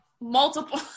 multiple